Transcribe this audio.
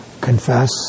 confess